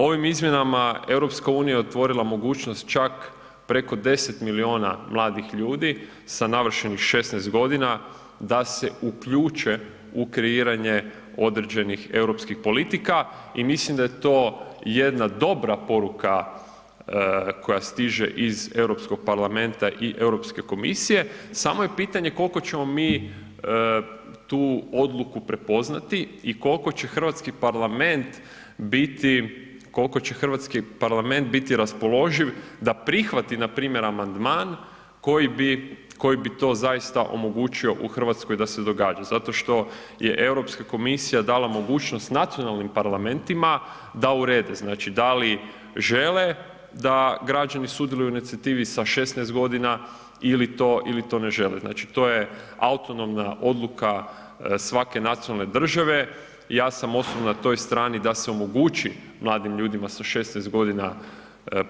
Ovim izmjenama EU je otvorila mogućnost čak preko 10 milijuna mladih ljudi sa navršenih 16.g. da se uključe u kreiranje određenih europskih politika i mislim da je to jedna dobra poruka koja stiže iz Europskog parlamenta i Europske komisije, samo je pitanje kolko ćemo mi tu odluku prepoznati i kolko će hrvatski parlament biti, kolko će hrvatski parlament biti raspoloživ da prihvati npr. amandman koji bi, koji bi to zaista omogućio u RH da se događa zato što je Europska komisija dala mogućnost nacionalnim parlamentima da urede, znači da li žele da građani sudjeluju u inicijativi sa 16.g. ili to, ili to ne žele, znači to je autonomna odluka svake nacionalne države, ja samo osobno na toj strani da se omogući mladim ljudima sa 16.g.